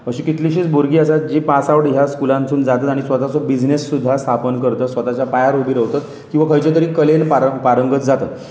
अशी कितलीशींच भुरगीं आसात जी पास आवट ह्या स्कुलानसून जातात आनी स्वताचो बिजनस सुद्दा स्थापन करता स्वताच्या पांयार उबी रोवतात किंवां खंयच्या तरी कलेन पार पारंगत जातात